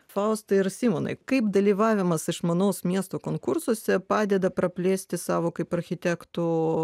faustai ir simonai kaip dalyvavimas išmanaus miesto konkursuose padeda praplėsti savo kaip architektų